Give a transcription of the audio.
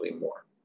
more